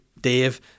Dave